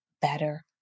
better